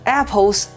apples